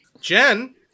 Jen